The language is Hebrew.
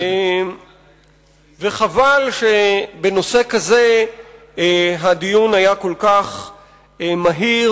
וחבל שבנושא כזה הדיון היה כל כך מהיר.